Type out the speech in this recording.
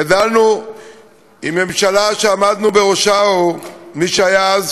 גדלנו עם ממשלה שעמדנו בראשה, מי שיצא אז